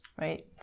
right